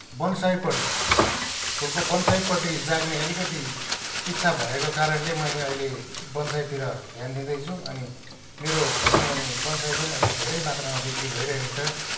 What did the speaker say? बनसाईपट्टि फुलको बनसाईपट्टि जाग्ने अलिकति इच्छा भएको कारणले मैले अहिले बनसाईतिर ध्यान दिँदैछु अनि मेरो भनौँ भने बनसाई पनि अहिले धेरै मात्रामा बिक्री भइरहेको छ